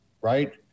Right